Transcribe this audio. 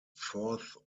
fourth